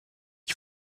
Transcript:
you